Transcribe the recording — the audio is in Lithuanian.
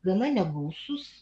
gana negausūs